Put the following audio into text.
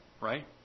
right